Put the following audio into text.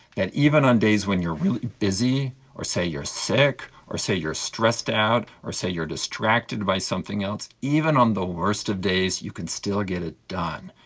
that even on days when you're really busy or say you're sick or say you're stressed out or say you're distracted by something else, even on the worst of days you can still get it done.